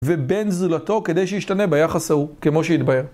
ובין זולתו כדי שישתנה ביחס ההוא, כמו שהתבאר.